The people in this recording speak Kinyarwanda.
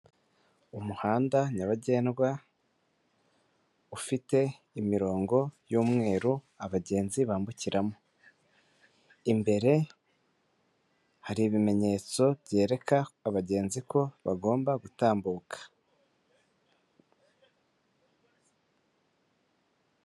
Umuhanda nyabagendwa ufite imirongo y'umweru abagenzi bambukiramo imbere hari ibimenyetso byereka abagenzi ko bagomba gutambuka.